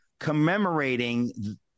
commemorating